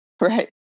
Right